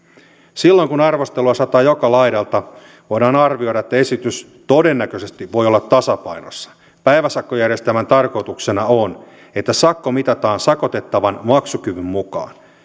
silloin kun arvostelua sataa joka laidalta voidaan arvioida että esitys todennäköisesti voi olla tasapainossa päiväsakkojärjestelmän tarkoituksena on että sakko mitataan sakotettavan maksukyvyn mukaan